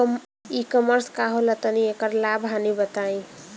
ई कॉमर्स का होला तनि एकर लाभ हानि बताई?